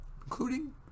Including